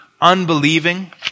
unbelieving